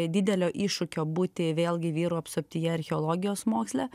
didelio iššūkio būti vėlgi vyrų apsuptyje archeologijos moksle